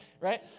Right